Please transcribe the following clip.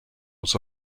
was